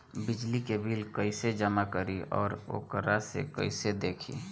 बिजली के बिल कइसे जमा करी और वोकरा के कइसे देखी?